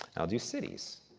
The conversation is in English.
i'll do cities.